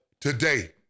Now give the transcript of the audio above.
today